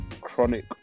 chronic